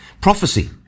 Prophecy